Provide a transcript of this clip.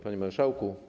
Panie Marszałku!